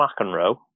McEnroe